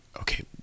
okay